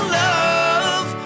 love